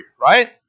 right